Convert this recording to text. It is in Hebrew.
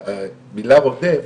אבל המילה 'רודף',